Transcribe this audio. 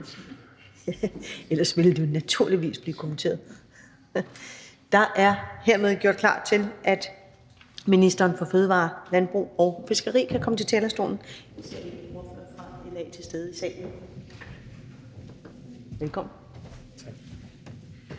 ellers ville det naturligvis blive kommenteret. Der er hermed gjort klar til, at ministeren for fødevarer, landbrug og fiskeri kan komme på talerstolen. Velkommen.